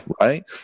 right